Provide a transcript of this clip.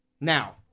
Now